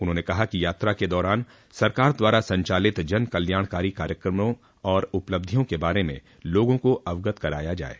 उन्होंने कहा कि यात्रा के दौरान सरकार द्वारा संचालित जन कल्याणकारी कार्यक्रमों और उपलब्धियों के बारे में लोगों को अवगत कराया जाये